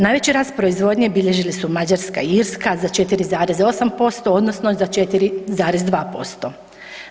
Najveći rast proizvodnje bilježile su Mađarska i Irska za 4,8% odnosno za 4,2%